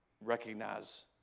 recognize